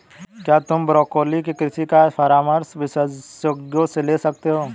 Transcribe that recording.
क्या तुम ब्रोकोली के कृषि का परामर्श विशेषज्ञों से ले सकते हो?